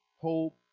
hope